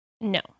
No